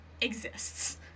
exists